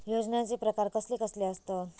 योजनांचे प्रकार कसले कसले असतत?